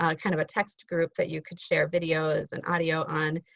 ah kind of a text group that you could share videos and audio on.